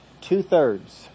two-thirds